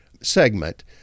segment